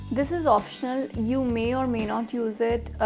this is optional, you may or may not use it,